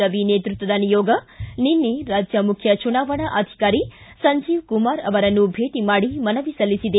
ರವಿ ನೇತೃತ್ವದ ನಿಯೋಗ ನಿನ್ನೆ ರಾಜ್ಯ ಮುಖ್ಯ ಚುನಾವಣಾ ಅಧಿಕಾರಿ ಸಂಜೀವ ಕುಮಾರ್ ಅವರನ್ನು ಭೇಟಿ ಮಾಡಿ ಮನವಿ ಸಲ್ಲಿಸಿದೆ